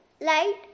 light